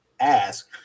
ask